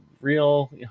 real